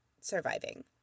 surviving